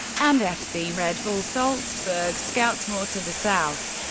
and fc red bull salzburg scouts more to the south.